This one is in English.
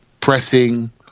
pressing